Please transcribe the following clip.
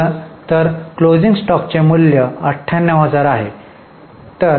तर बंद होणार्या स्टॉकचे मूल्य 98000 आहे काय